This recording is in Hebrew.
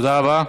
תודה רבה.